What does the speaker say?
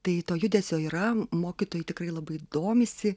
tai to judesio yra mokytojai tikrai labai domisi